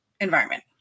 environment